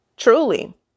truly